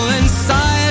inside